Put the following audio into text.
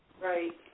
Right